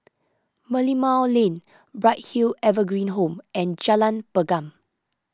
Merlimau Lane Bright Hill Evergreen Home and Jalan Pergam